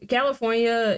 California